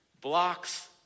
blocks